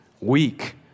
weak